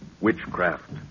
witchcraft